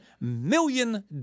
million